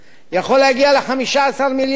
יכול להגיע ל-15 מיליארד.